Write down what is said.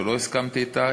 שלא הסכמתי אתה,